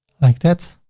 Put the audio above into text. like that. so